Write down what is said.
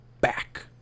back